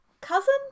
Cousin